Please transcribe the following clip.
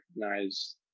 recognize